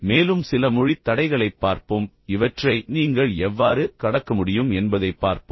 மேலும் சில மொழித் தடைகளைப் பார்ப்போம் இவற்றை நீங்கள் எவ்வாறு கடக்க முடியும் என்பதைப் பார்ப்போம்